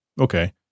Okay